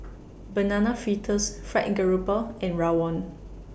Banana Fritters Fried Grouper and Rawon